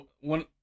One